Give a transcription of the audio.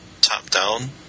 top-down